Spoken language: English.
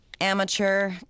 amateur